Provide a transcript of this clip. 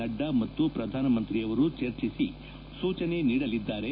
ನಡ್ಡಾ ಮತ್ತು ಪ್ರಧಾನಮಂತ್ರಿಯವರು ಚರ್ಚಿಸಿ ಸೂಚನೆ ನೀಡಲಿದ್ದಾರೆ